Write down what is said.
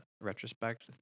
retrospect